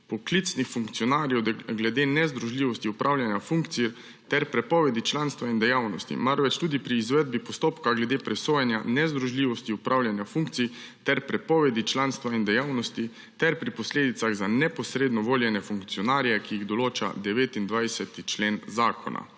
poklicnih funkcionarjev glede nezdružljivosti opravljanja funkcije ter prepovedi članstva in dejavnosti, marveč tudi pri izvedbi postopka glede presojanja nezdružljivosti opravljanja funkcij ter prepovedi članstva in dejavnosti ter pri posledicah za neposredno voljene funkcionarje, ki jih določa 29. člen zakona.